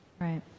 Right